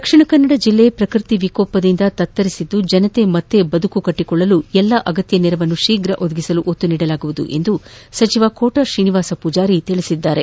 ದಕ್ಷಿಣ ಕನ್ನಡ ಜಿಲ್ಲೆ ಪ್ರಕೃತಿ ವಿಕೋಪದಿಂದ ತತ್ತರಿಸಿದ್ಲು ಜನತೆ ಮತ್ತೆ ಬದುಕು ಕಟ್ಟಿಕೊಳ್ಳಲು ಎಲ್ಲಾ ಅಗತ್ಯ ನೆರವನ್ನು ಶೀಫ್ರ ಒದಗಿಸಲು ಒತ್ತು ನೀಡಲಾಗುವುದು ಎಂದು ಸಚಿವ ಕೋಟಾ ಶ್ರೀನಿವಾಸ ಪೂಜಾರಿ ಹೇಳಿದ್ದಾರೆ